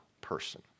person